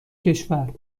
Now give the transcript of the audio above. کشور